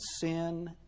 sin